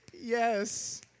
Yes